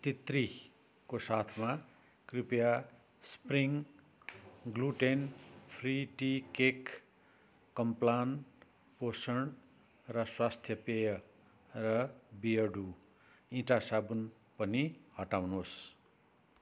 तित्रीको साथमा कृपया spring gluten free tea cake Complan पोषण र स्वास्थ्य पेय र बियर डु इटा साबुन पनि हटाउनुहोस्